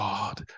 God